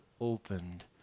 opened